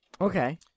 Okay